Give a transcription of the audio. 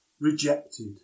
rejected